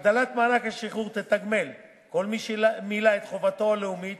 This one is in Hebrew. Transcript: הגדלת מענק השחרור תתגמל כל מי שמילא את חובתו הלאומית